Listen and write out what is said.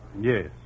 Yes